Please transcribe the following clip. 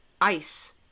Ice